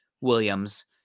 williams